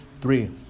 Three